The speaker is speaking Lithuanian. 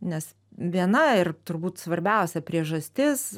nes viena ir turbūt svarbiausia priežastis